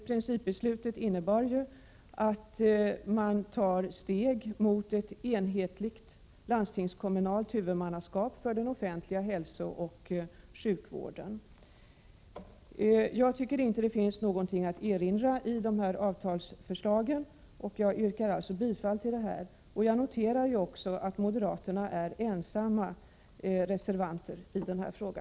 Principbeslutet innebar ju att man tar steg mot ett enhetligt landstingskommunalt huvudmannaskap för den offentliga hälsooch sjukvården. Jag tycker inte att det finns någonting att erinra mot detta avtalsförslag, som jag alltså yrkar bifall till. Jag noterar att moderaterna är 125 ensamma reservanter i denna fråga.